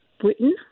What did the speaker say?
Britain